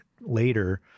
later